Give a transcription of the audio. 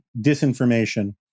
disinformation